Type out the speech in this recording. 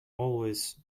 always